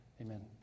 Amen